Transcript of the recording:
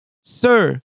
Sir